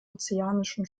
ozeanischen